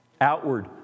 outward